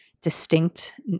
distinct